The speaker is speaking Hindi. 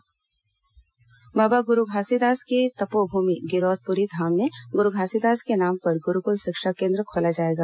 गुरूकुल शिक्षा केन्द्र बाबा गुरू घासीदास की तपोभूमि गिरौदपुरी धाम में गुरू घासीदास के नाम पर गुरूकुल शिक्षा केन्द्र खोला जाएगा